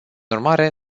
urmare